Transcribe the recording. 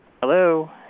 Hello